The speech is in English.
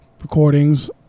Recordings